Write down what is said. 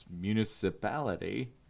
municipality